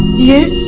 you